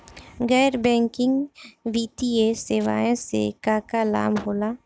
गैर बैंकिंग वित्तीय सेवाएं से का का लाभ होला?